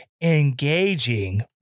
engaging